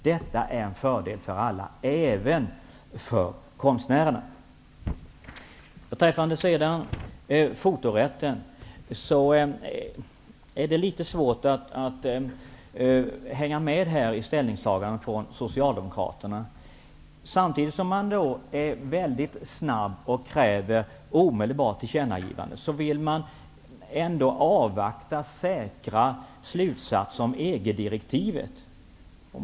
Det är till fördel för alla, även för konstnärerna. Vad gäller fotorätten är det litet svårt att hänga med i Socialdemokraternas ställningstaganden. Samtidigt som man kräver ett omedelbart tillkännagivande vill man avvakta säkra slutsatser av EG-direktivet.